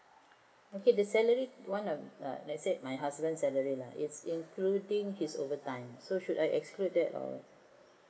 okay the salary one err let's say my husband salary lah is including his overtime so should I exclude that or